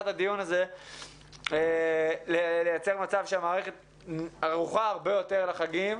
הדיון הזה לייצר מצב שהמערכת ערוכה הרבה יותר לחגים.